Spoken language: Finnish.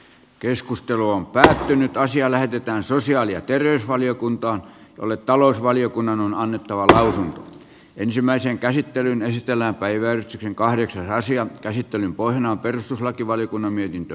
keskustelu on päättynyt ja asia lähetetään sosiaali ja terveysvaliokuntaan jolle talousvaliokunnan on annettava täysin ensimmäiseen käsittelyyn esitellään päivän kahden asian käsittelyn pohjana on perustuslakivaliokunnan mietintö